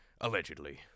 Allegedly